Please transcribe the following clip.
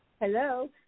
Hello